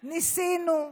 ניסינו,